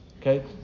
Okay